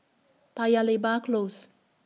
Paya Lebar Close